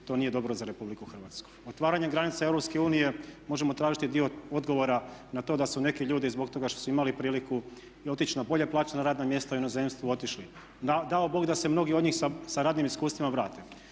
to nije dobro za Republiku Hrvatsku. Otvaranjem granica Europske unije možemo tražiti dio odgovora na to da su neki ljudi zbog toga što su imali priliku i otići na bolje plaćena radna mjesta u inozemstvu otišli. Dao Bog da se mnogi od njih sa radnim iskustvima vrate.